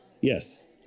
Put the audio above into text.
Yes